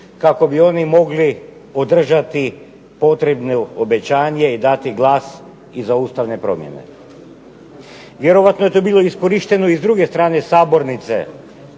kako bi oni mogli održati potrebno obećanje i dati glas i za ustavne promjene. Vjerojatno je to bilo iskorišteno i s druge strane sabornice,